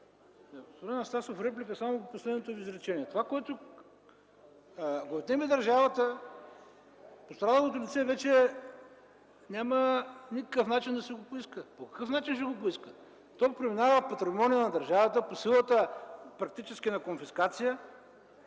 Анастасов, реплика само по последното Ви изречение. Това, което отнеме държавата, пострадалото лице вече няма никакъв начин да си го поиска. По какъв начин ще го поиска?! То преминава в патримониума на държавата, по силата практически на конфискация,